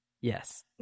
Yes